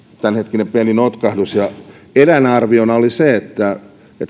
tämänhetkinen pieni notkahdus eräänä arviona oli se että